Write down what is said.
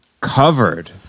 covered